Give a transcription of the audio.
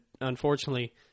unfortunately